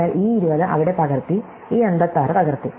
അതിനാൽ ഈ 20 അവിടെ പകർത്തി ഈ 56 പകർത്തി